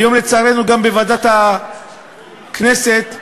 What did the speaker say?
היום, לצערנו, גם בוועדת הכנסת אישרו,